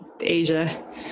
asia